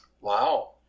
Wow